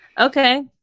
Okay